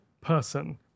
person